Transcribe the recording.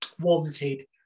wanted